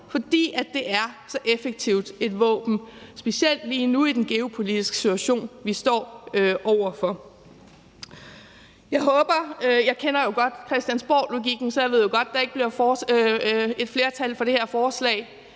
fordi det er så effektivt et våben, specielt i den geopolitiske situation, vi lige nu står over for. Jeg kender jo godt christiansborglogikken, så jeg ved også godt, at der ikke bliver et flertal for det her forslag,